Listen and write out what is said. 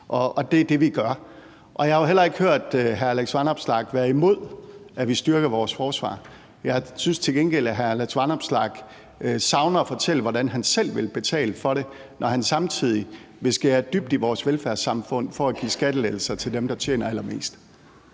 og det er det, vi gør. Jeg har jo heller ikke hørt hr. Alex Vanopslagh være imod, at vi styrker vores forsvar, men jeg synes til gengæld, at jeg savner at høre, hvordan hr. Alex Vanopslagh selv vil betale for det, når han samtidig vil skære dybt i vores velfærdssamfund for at give skattelettelser til dem, der tjener allermest.